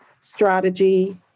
strategy